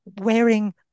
wearing